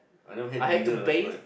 I never had dinner last night